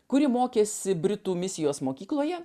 kuri mokėsi britų misijos mokykloje